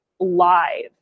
live